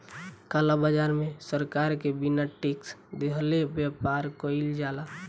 काला बाजार में सरकार के बिना टेक्स देहले व्यापार कईल जाला